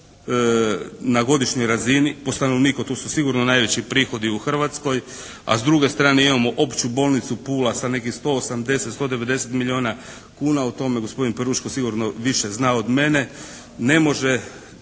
na godišnjoj razini po stanovniku, tu su sigurno najveći prihodi u Hrvatskoj, a s druge strane imamo Opću bolnicu Pula sa nekih 180, 190 milijuna kuna. O tome gospodin Peruško sigurno više zna od mene, ne može